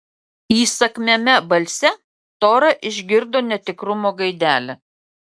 įsakmiame balse tora išgirdo netikrumo gaidelę